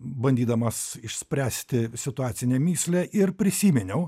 bandydamas išspręsti situacinę mįslę ir prisiminiau